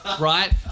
right